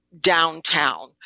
downtown